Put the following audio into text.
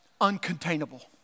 uncontainable